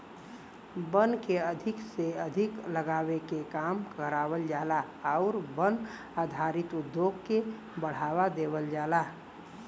वन के अधिक से अधिक लगावे के काम करावल जाला आउर वन आधारित उद्योग के बढ़ावा देवल जाला